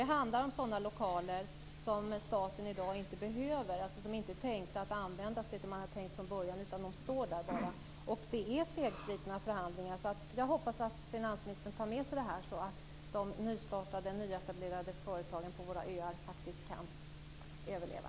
Det handlar om sådana lokaler som staten i dag inte behöver, alltså sådana som inte är tänkta att användas till det som man hade tänkt från början, utan de bara står där. Det är segslitna förhandling. Jag hoppas därför att finansministern tar med sig detta, så att de nyetablerade företagen på våra öar faktiskt kan överleva.